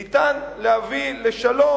ניתן להביא לשלום,